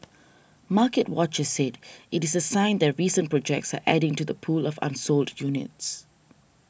market watchers said it is a sign that recent projects are adding to the pool of unsold units